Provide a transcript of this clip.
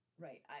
Right